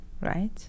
right